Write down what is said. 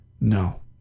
No